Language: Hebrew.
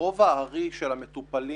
שרוב הארי של המטופלים